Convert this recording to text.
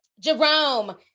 Jerome